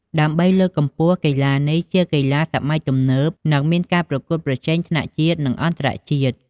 ដើម្បីលើកកម្ពស់កីឡានេះជាកីឡាសម័យទំនើប និងមានការប្រកួតប្រជែងថ្នាក់ជាតិ និងអន្តរជាតិ។